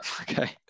okay